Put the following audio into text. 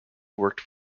worked